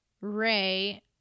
ray